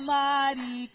mighty